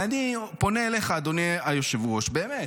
ואני פונה אליך, אדוני היושב-ראש, באמת,